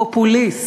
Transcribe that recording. פופוליסט,